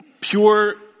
pure